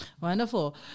Wonderful